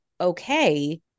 okay